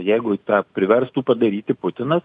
jeigu tą priverstų padaryti putinas